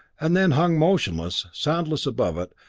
and then hung motionless, soundless above it,